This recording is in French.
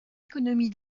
économie